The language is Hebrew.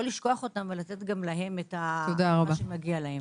ולתת גם להם מה שמגיע להם.